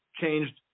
changed –